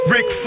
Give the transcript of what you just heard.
Rick